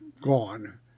gone